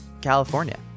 California